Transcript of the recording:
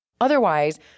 Otherwise